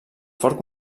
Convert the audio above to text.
fort